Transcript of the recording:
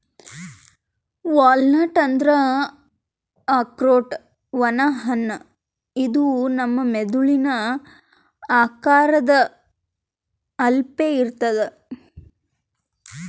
walnut ಅಂದ್ರ ಆಕ್ರೋಟ್ ಒಣ ಹಣ್ಣ ಇದು ನಮ್ ಮೆದಳಿನ್ ಆಕಾರದ್ ಅಪ್ಲೆ ಇರ್ತದ್